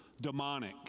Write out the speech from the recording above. demonic